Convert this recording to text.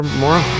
more